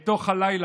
עם הדברים האלה?